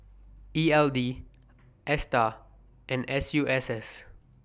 E L D ASTAR and S U S S